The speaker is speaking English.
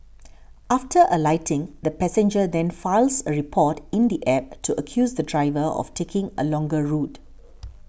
after alighting the passenger then files a report in the App to accuse the driver of taking a longer route